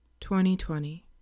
2020